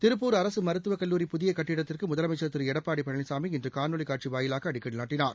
திருப்பூர் அரசு மருத்துவக் கல்லூரி புதிய கட்டிடத்திற்கு முதலமைச்சர் திரு எடப்பாடி பழனிசாமி இன்று காணொலி காட்சி வாயிலாக அடிக்கல் நாட்டினார்